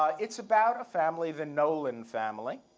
ah it's about a family, the nolan family.